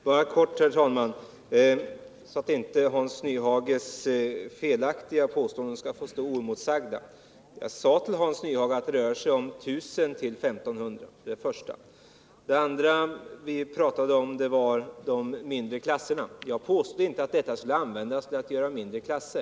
Herr talman! Bara några få ord, för att inte Hans Nyhages felaktiga påståenden skall stå oemotsagda. Jag sade till Hans Nyhage att det rör sig om 1 000-1 500 personer. Det är det första. Det andra vi talade om var de mindre klasserna. Jag påstod inte att pengarna skulle användas till att göra klasserna mindre.